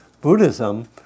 Buddhism